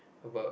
about